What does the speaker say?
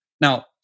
Now